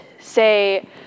say